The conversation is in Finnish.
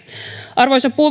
arvoisa